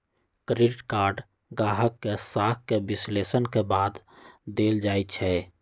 credit card गाहक के साख के विश्लेषण के बाद देल जाइ छइ